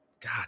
god